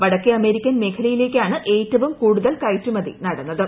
വടക്കേ American billion മേഖലയിലേക്കാണ് ഏറ്റവും കൂടുതൽ കയറ്റുമതി നടന്നത്